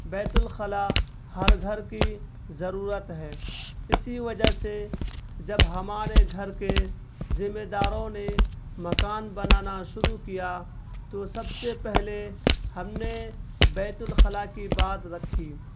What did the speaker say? بیت الخلاء ہر گھر کی ضرورت ہے اسی وجہ سے جب ہمارے گھر کے ذمہ داروں نے مکان بنانا شروع کیا تو سب سے پہلے ہم نے بیت الخلاء کی بات رکھی